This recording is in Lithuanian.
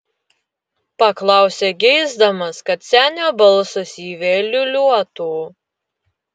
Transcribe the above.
paklausė geisdamas kad senio balsas jį vėl liūliuotų